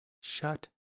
Shut